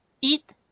eat